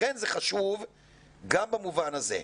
לכן זה חשוב גם במובן הזה,